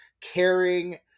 caring